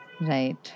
Right